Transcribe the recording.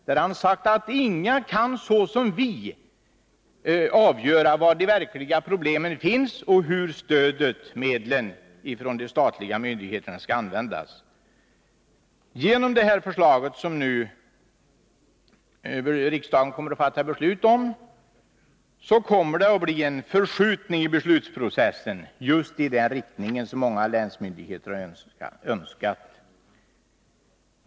Han har sagt: Inga kan såsom vi avgöra var de verkliga problemen finns och hur stödmedlen från de statliga myndigheterna skall användas. Genom det här förslaget, som riksdagen nu kommer att fatta beslut om, kommer det att bli en förskjutning i beslutsprocessen just i den riktning som många länsmyndigheter har önskat.